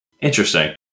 Interesting